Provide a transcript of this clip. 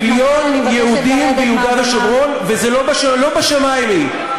מיליון יהודים ביהודה ושומרון, ולא בשמים היא.